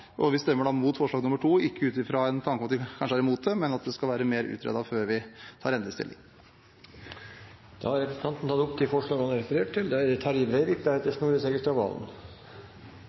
Vi stemmer imot forslag nr. 2, ikke ut fra en tanke om at vi kanskje er imot det, men ut fra at det skal være mer utredet før vi tar endelig stilling. Representanten Trygve Slagsvold Vedum har tatt opp de forslagene han refererte til. 8 mrd. kr, 1,5 mill. kr til